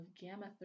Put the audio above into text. gamma